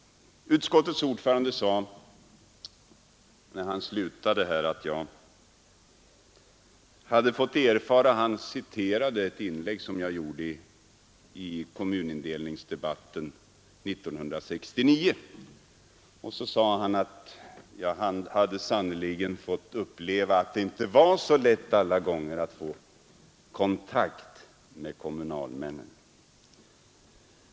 I slutet av sitt anförande citerade utskottets ordförande ett inlägg, som jag gjorde i kommunindelningsdebatten 1969. Han sade att jag sannerligen hade fått uppleva att det inte var så lätt alla gånger att få kontakt med kommunalmännen.